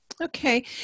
Okay